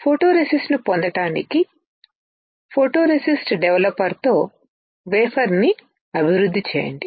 photoresist ను పొందటానికి photoresist డెవలపర్తో వేఫర్ ను అభివృద్ధి చేయండి